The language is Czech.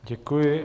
Děkuji.